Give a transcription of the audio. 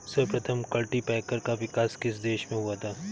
सर्वप्रथम कल्टीपैकर का विकास किस देश में हुआ था?